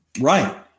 Right